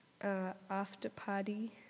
after-party